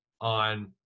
on